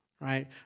right